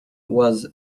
was